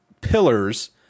pillars